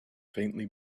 faintly